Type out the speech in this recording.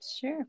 Sure